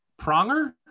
pronger